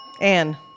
Anne